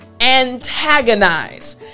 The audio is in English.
antagonize